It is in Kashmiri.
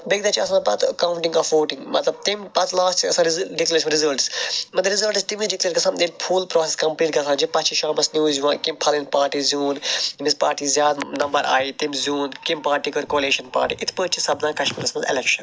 بیٚکہِ دۄہ چھِ آسان پَتہٕ کاونٹِنٛگ آف ووٹِنٛگ مَطلَب تمہ پَتہٕ لاسٹَس چھِ گَژھان ڈِکلیٚزیشَن آف رِزَلٹس مَطلَب رِزَلٹ چھ تمے وز ڈِکلیر گَژھان ییٚلہِ فُل پروسیٚس کَمپلیٖٹ گَژھان چھُ پَتہٕ چھ شامَس نِوٕز یِوان یِتھ کنۍ فَلٲنۍ فَلٲنۍ پارٹی زیوٗن ییٚمِس پارٹی زیاد نمبر آیہِ تمۍ زیوٗن کمہ پارٹی کٔر کولیشَن پارٹی اِتھ پٲٹھۍ چھ سَپدان کَشمیٖرَس مَنٛز الیٚکشَن